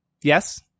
Yes